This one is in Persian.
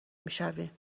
میشویم